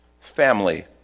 Family